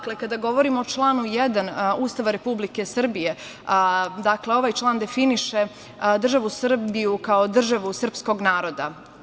Kada govorimo o članu 1. Ustava Republike Srbije, dakle, ovaj član definiše državu Srbiju kao državu srpskog naroda.